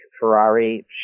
ferrari